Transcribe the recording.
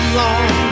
long